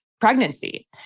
pregnancy